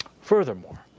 Furthermore